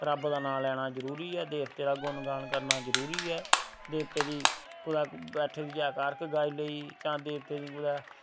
रब्ब दा नां लैना जरूरी ऐ देवतें दा गुणगान करना जरूरी ऐ देवते दी कुतै बैठे दे जां कारक गाई लेई चा देवते दी कुतै